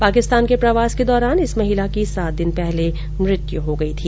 पाकिस्तान के प्रवास के दौरान इस महिला की सात दिन पहले मृत्यु हो गई थी